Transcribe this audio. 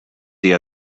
the